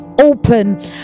open